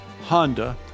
Honda